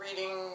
reading